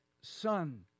Son